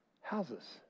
houses